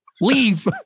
Leave